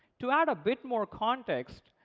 to add a bit more context,